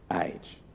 age